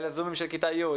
זומים של כיתה י',